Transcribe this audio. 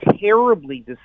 terribly